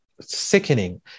sickening